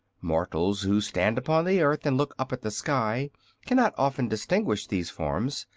mortals who stand upon the earth and look up at the sky cannot often distinguish these forms,